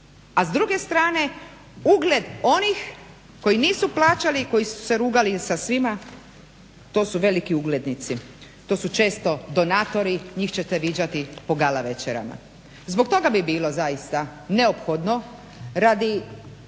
A s druge strane ugled onih koji nisu plaćali i koji su se rugali sa svima to su veliki uglednici. To su često donatori, njih ćete viđati po gala večerama. Zbog toga bi bilo zaista neophodno radi